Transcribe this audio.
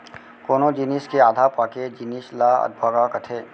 कोनो जिनिस के आधा पाके जिनिस ल अधपका कथें